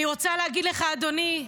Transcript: אני רוצה להגיד לך, אדוני,